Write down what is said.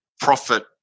profit